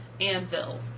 Anvil